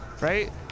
right